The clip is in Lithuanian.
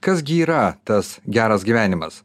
kas gi yra tas geras gyvenimas